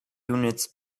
units